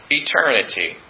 eternity